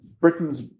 Britain's